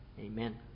Amen